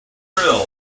drill